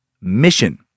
mission